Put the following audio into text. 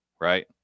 right